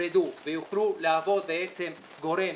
יופרדו ויוכלו להוות גורם